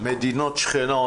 מדינות שכנות,